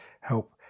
help